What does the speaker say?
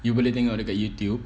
you boleh tengok dekat YouTube